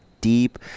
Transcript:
deep